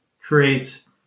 creates